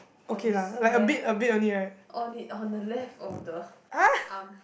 on his left on it on the left of the arm